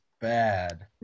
bad